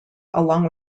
along